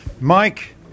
Mike